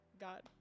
God